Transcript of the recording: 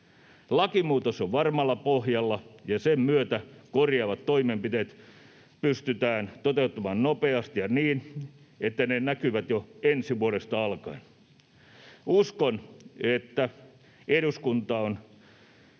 Lakimuutos on varmalla pohjalla, ja sen myötä korjaavat toimenpiteet pystytään toteuttamaan nopeasti ja niin, että ne näkyvät jo ensi vuodesta alkaen. Uskon, että eduskunta on